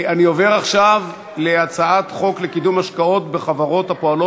אני עובר עכשיו להצעת חוק לקידום השקעות בחברות הפועלות